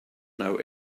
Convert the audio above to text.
know